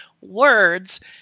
words